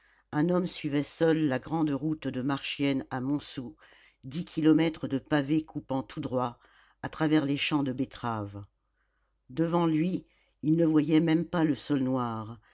un homme suivait seul la grande route de marchiennes à montsou dix kilomètres de pavé coupant tout droit à travers les champs de betteraves devant lui il ne voyait même pas le sol noir